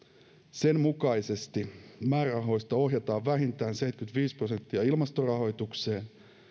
sen mukaisesti määrärahoista ohjataan vähintään seitsemänkymmentäviisi prosenttia ilmastorahoitukseen